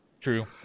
True